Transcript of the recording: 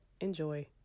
enjoy